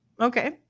Okay